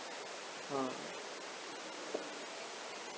uh